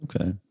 Okay